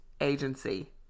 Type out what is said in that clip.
agency